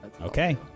Okay